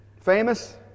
Famous